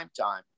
primetime